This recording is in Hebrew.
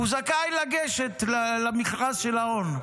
הוא זכאי לגשת למכרז של האון.